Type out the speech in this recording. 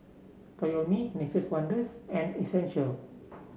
Toyomi Nature's Wonders and Essential